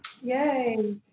Yay